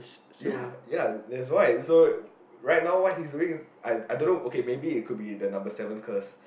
ya ya that's why so right now what's he's doing I I dunno okay maybe it could be the number seven curse